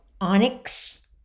Onyx